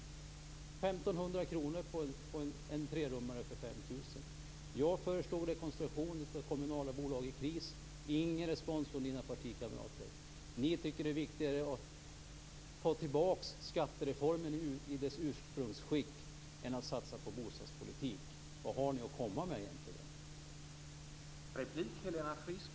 Det gör 1 500 kr på en trerummare för 5 000 kr. Jag föreslog rekonstruktion av kommunala bolag i kris. Det kom ingen respons från Helena Frisks partikamrater. Ni tycker att det är viktigare att få tillbaka skattereformen i dess ursprungsskick än att satsa på bostadspolitik. Vad har ni egentligen att komma med?